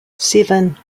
seven